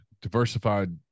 diversified